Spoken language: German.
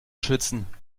schützen